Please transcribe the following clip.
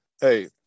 hey